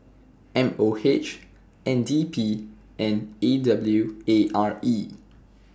M O H N D P and A W A R E